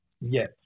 Yes